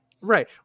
Right